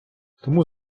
тому